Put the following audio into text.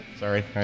Sorry